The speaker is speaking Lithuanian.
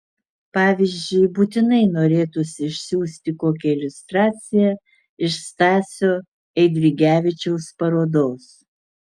pavyzdžiui būtinai norėtųsi išsiųsti kokią iliustraciją iš stasio eidrigevičiaus parodos